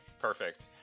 perfect